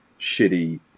shitty